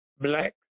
black